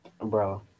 Bro